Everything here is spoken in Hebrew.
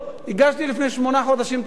הגשתי לפני שמונה חודשים את ההצעה.